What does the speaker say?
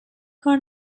کار